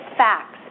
facts